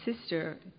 sister